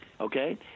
okay